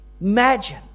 Imagine